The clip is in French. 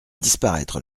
disparaître